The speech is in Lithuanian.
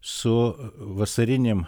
su vasarinėm